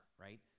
right